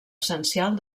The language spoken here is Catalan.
essencial